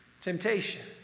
temptation